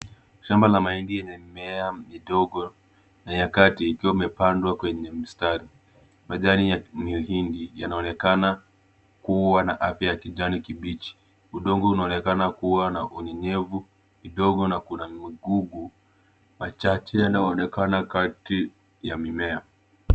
Shamba la mahindi lenye mimea midogo na ya dhati ikiwa imepandwa kwenye mstari. Majani ya mhindi yanaonekana kuwa na afya ya kijani kibichi. Udongo unaonekana kuwa na unyenyevu midogo na kuna migugu machache yanayoonekana kati ya mimea.